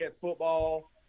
Football